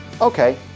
Okay